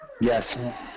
Yes